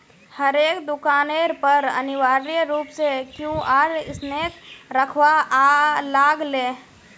हरेक दुकानेर पर अनिवार्य रूप स क्यूआर स्कैनक रखवा लाग ले